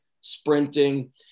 sprinting